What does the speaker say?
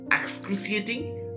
excruciating